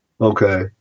Okay